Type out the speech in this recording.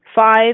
five